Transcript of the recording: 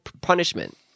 punishment